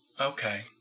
Okay